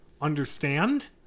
understand